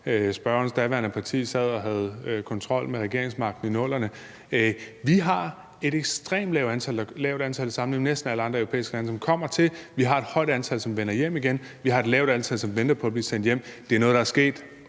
spørgerens daværende parti sad og havde kontrol med regeringsmagten. Vi har sammenlignet med næsten alle andre europæiske lande et ekstremt lavt antal, som kommer hertil, vi har et højt antal, som vender hjem igen, og vi har et lavt antal, som venter på at blive sendt hjem. Det er noget, der er sket